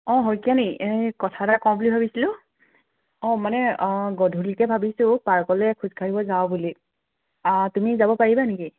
অ শইকীয়ানী এই কথা এটা কওঁ বুলি ভাবিছিলোঁ অ মানে গধূলিকৈ ভাবিছোঁ পাৰ্কলৈ খোজ কাঢ়িবলৈ যাওঁ বুলি তুমি যাব পাৰিবা নেকি